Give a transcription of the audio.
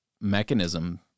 mechanism